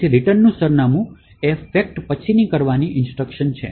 તેથી રિટર્ન સરનામું એ fact પછી કરવાની instruction છે